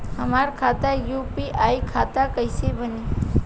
हमार खाता यू.पी.आई खाता कईसे बनी?